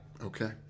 Okay